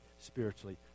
spiritually